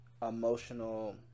Emotional